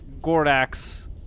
Gordax